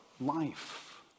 life